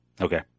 Okay